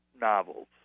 novels